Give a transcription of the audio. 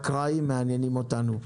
המשתמשים האקראיים מעניינים אותנו,